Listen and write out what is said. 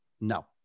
No